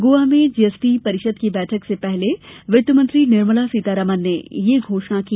गोवा में जीएसटी परिषद की बैठक से पहले वित्तमंत्री निर्मला सीतारमण ने यह घोषणा की